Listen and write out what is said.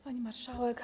Pani Marszałek!